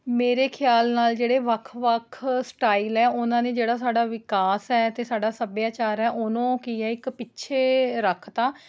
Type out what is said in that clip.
ਮੇਰੇ ਖਿਆਲ ਨਾਲ ਜਿਹੜੇ ਵੱਖ ਵੱਖ ਸਟਾਈਲ ਹੈ ਉਹਨਾਂ ਨੇ ਜਿਹੜਾ ਸਾਡਾ ਵਿਕਾਸ ਹੈ ਅਤੇ ਸਾਡਾ ਸੱਭਿਆਚਾਰ ਹੈ ਉਹਨੂੰ ਕੀ ਹੈ ਇੱਕ ਪਿੱਛੇ ਰੱਖਤਾ